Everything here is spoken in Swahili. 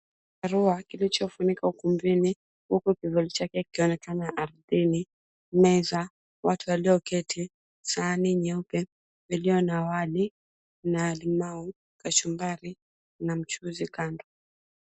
Chandarua kilichofunika ukumbini huku kivuli chake kikionekana ardhini. Meza, watu walioketi, sahani nyeupe iliyo na wali na limau, kachumbari na mchuzi kando.